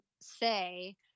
say